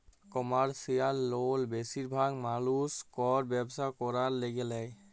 commercial লল বেশিরভাগ মালুস কল ব্যবসা ক্যরার ল্যাগে লেই